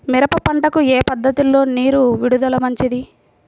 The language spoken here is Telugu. మిరప పంటకు ఏ పద్ధతిలో నీరు విడుదల మంచిది?